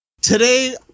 Today